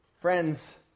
Friends